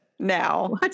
now